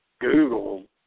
Google